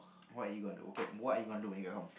what you gonna okay what you gonna do when you get home